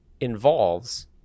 involves